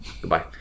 Goodbye